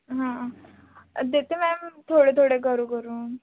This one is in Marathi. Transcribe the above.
हां देते मॅम थोडे थोडे करू करून